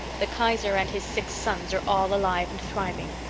the kaiser and his six sons are all alive and thriving.